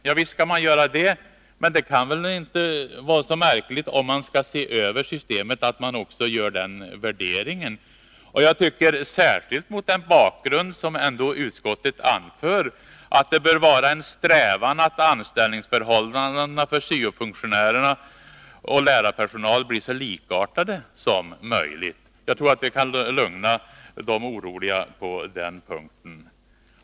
Ja, visst skall man göra det, men om man skall se över systemet kan det väl inte vara så märkligt att också ta upp detta, särskilt mot bakgrund av vad utskottet anför, nämligen att det bör vara en strävan att anställningsförhållandena för syo-funktionärer och lärarpersonal skall vara så likartade som möjligt. Jag tror att detta kan lugna de oroliga på denna punkt.